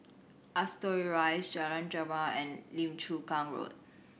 Ascot Rise Jalan Jamal and Lim Chu Kang Road